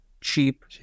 Cheap